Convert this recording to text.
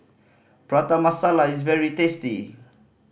Prata Masala is very tasty